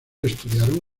estudiaron